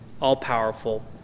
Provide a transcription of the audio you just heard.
all-powerful